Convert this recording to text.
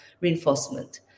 reinforcement